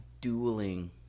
dueling